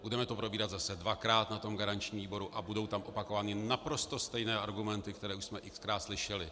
Budeme to probírat zase dvakrát na garančním výboru a budou tam opakovány naprosto stejné argumenty, které už jsme xkrát slyšeli.